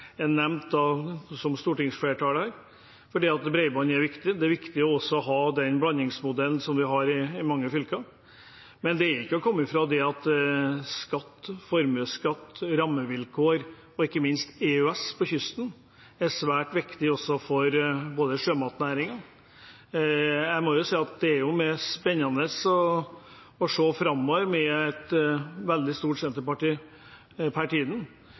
Jeg la merke til at det ble en stor debatt nå om bredbånd. For Venstre har det vært viktig hele tiden. Vi har også fått gjort påplussinger, som en del av et stortingsflertall, som nevnt, for bredbånd er viktig. Det er også viktig å ha den blandingsmodellen som vi har i mange fylker. Men det er ikke til å komme ifra at skatt, formuesskatt, rammevilkår og ikke minst EØS-avtalen – særlig for Kyst-Norge – er svært viktig, også for sjømatnæringen. Med et veldig